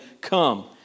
come